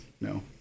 no